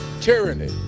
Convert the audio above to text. tyranny